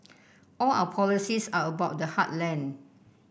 all our policies are about the heartland